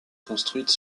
construites